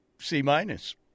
C-minus